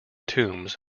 tombs